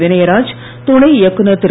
வினயராஜ் துணை இயக்குனர் திரு